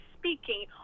Speaking